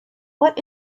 what